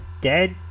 dead